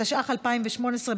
התשע"ח 2018,